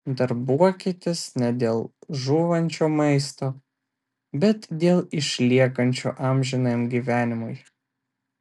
darbuokitės ne dėl žūvančio maisto bet dėl išliekančio amžinajam gyvenimui